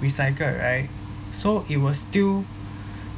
recycled right so it will still